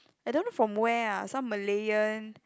I don't know from where ah some Malayan